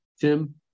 Tim